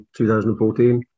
2014